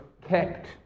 kept